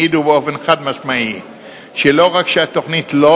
העידו באופן חד-משמעי שלא רק שהתוכנית לא